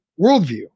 worldview